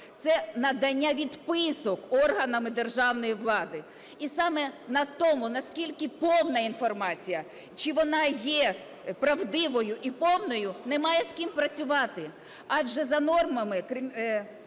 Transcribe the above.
це надання відписок органами державної влади. І саме на тому, наскільки повна інформація, чи вона є правдивою і повною, немає з ким працювати. Адже за нормами